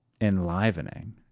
enlivening